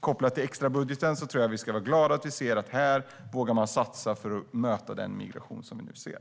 Kopplat till extrabudgeten ska vi vara glada att man här vågar satsa för att möta den migration som vi nu ser.